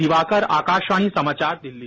दिवाकर आकाशवाणी समाचार दिल्ली